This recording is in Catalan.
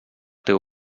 teu